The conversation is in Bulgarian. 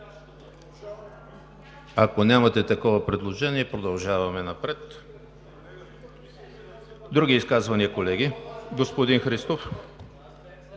Ако нямате такова предложение, продължаваме напред. Други изказвания, колеги? Господин Христов,